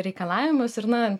reikalavimus ir na